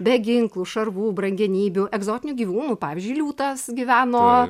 be ginklų šarvų brangenybių egzotinių gyvūnų pavyzdžiui liūtas gyveno